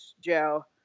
Joe